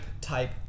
type